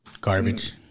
Garbage